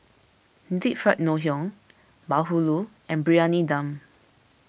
Deep Fried Ngoh Hiang Bahulu and Briyani Dum